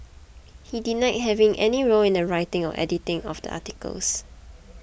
he denied having any role in the writing or editing of the articles